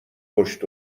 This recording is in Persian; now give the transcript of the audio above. پشت